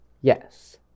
Yes